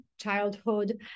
childhood